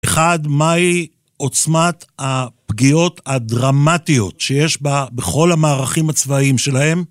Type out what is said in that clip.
אחד, מהי עוצמת הפגיעות הדרמטיות שיש בה בכל המערכים הצבאיים שלהם?